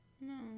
No